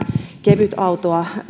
kevytautoa